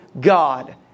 God